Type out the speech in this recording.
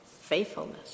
faithfulness